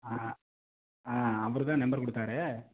ஆ ஆ அவரு தான் நம்பர் கொடுத்தாரு